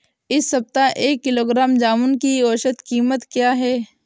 इस सप्ताह एक किलोग्राम जामुन की औसत कीमत क्या है?